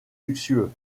luxueux